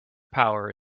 power